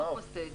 יש, במעוף.